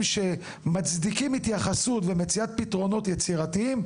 שמצדיקים התייחסות ומציאת פתרונות יצירתיים,